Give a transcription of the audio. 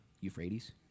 euphrates